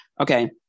Okay